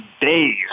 days